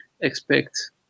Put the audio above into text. expect